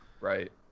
Right